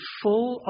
full